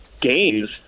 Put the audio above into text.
games